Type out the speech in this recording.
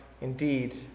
indeed